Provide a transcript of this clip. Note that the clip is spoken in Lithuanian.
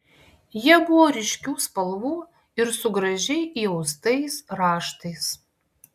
jie buvo ryškių spalvų ir su gražiai įaustais raštais